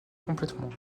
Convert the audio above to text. complètement